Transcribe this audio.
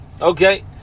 Okay